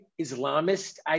Islamist